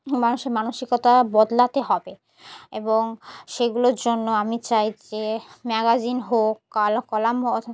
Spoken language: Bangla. মানুষের মানসিকতা বদলাতে হবে এবং সেগুলোর জন্য আমি চাই যে ম্যাগাজিন হোক কালো কলাম হোক